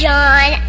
John